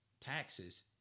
taxes